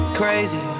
crazy